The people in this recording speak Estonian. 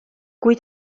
kui